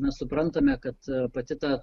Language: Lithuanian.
na suprantame kad pati ta